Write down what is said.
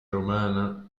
romana